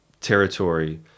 territory